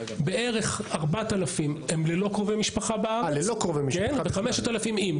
בערך 4,000 הם ללא קרובי משפחה בארץ ו-5,000 עם.